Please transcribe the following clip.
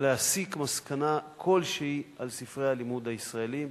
להסיק מסקנה כלשהי על ספרי הלימוד הישראליים.